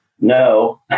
no